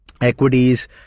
equities